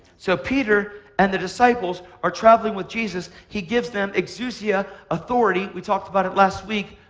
so peter and the disciples are traveling with jesus. he gives them ecsousia authority. we talked about it last week,